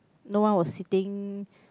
no one was sitting